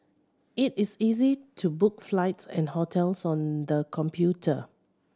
it is easy to book flights and hotels on the computer